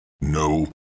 No